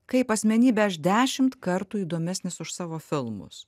kaip asmenybė aš dešimt kartų įdomesnis už savo filmus